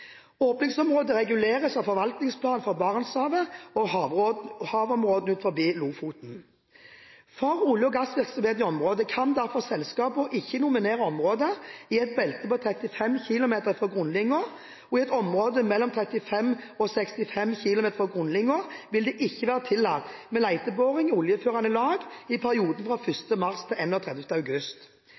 Åpningsområdet reguleres av forvaltningsplanen for Barentshavet og havområdene utenfor Lofoten. For olje- og gassvirksomheten i området kan derfor selskapene ikke nominere områder i et belte på 35 km fra grunnlinjen. I et område mellom 35 og 65 km fra grunnlinjen vil det ikke være tillatt med leteboring i oljeførende lag i perioden fra 1. mars til 31. august.